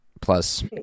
Plus